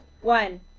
one